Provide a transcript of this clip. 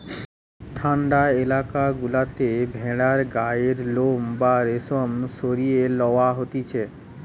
ঠান্ডা এলাকা গুলাতে ভেড়ার গায়ের লোম বা রেশম সরিয়ে লওয়া হতিছে